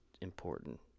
important